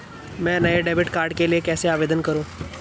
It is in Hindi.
मैं नए डेबिट कार्ड के लिए कैसे आवेदन करूं?